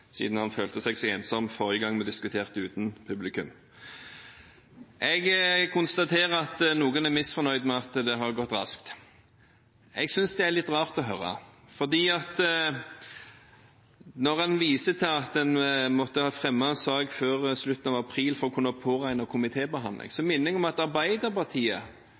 siden han følte seg så ensom forrige gang vi diskuterte uten publikum. Jeg konstaterer at noen er misfornøyd med at det har gått raskt. Jeg synes det er litt rart å høre. Når en viser til at en måtte ha fremmet en sak før slutten av april for å kunne påregne komitébehandling, vil jeg minne om at Arbeiderpartiet,